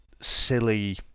silly